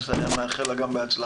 אז אני מאחל לה גם בהצלחה.